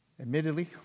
Admittedly